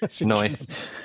Nice